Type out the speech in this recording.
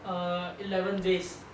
err eleven days